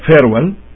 farewell